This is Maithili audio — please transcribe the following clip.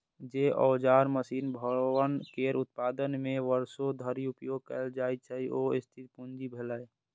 जे औजार, मशीन, भवन केर उत्पादन मे वर्षों धरि उपयोग कैल जाइ छै, ओ स्थिर पूंजी भेलै